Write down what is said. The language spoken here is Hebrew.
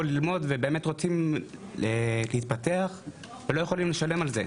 ללמוד ורוצים להתפתח ולא יכולים לשלם על זה,